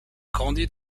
grandi